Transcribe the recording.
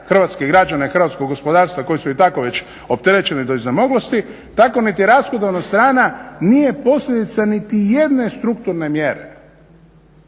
hrvatskih građana i hrvatskog gospodarstva koji su i tako već opterećeni do iznemoglosti tako niti rashodovna strana nije posljedica niti jedne strukturne mjere,